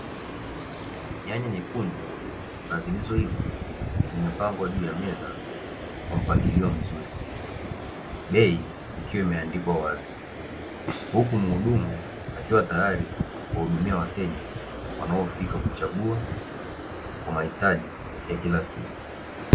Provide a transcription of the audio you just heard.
Nyanya nyekundu na zilizoiva, zimepangwa juu ya meza kwa mpangilio mzuri, bei ikiwa imeandikwa wazi. Huku mhudumu akiwa tayari kuwahudumia wateja wanaofika kuchagua kwa mahitaji ya kila siku.